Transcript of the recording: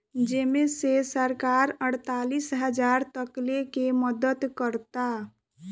जेमे से सरकार अड़तालीस हजार तकले के मदद करता